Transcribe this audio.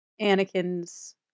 Anakin's